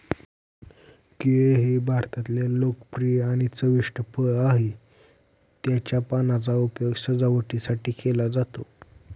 केळ हे भारतातले लोकप्रिय आणि चविष्ट फळ आहे, त्याच्या पानांचा उपयोग सजावटीसाठी केला जातो